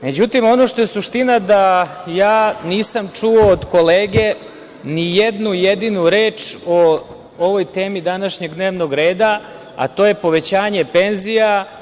Međutim, ono što je suština, da ja nisam čuo od kolege ni jednu jedinu reč o ovoj temi današnjeg dnevnog reda, a to je povećanje penzija.